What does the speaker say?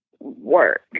work